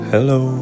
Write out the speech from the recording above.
Hello